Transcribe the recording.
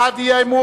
מי בעד האי-אמון?